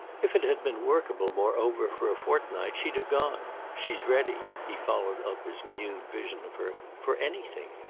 if it had been workable moreover for a fortnight she'd have gone. she's ready he followed up his renewed vision of her for anything.